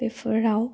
बेफोराव